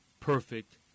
perfect